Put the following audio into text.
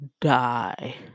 die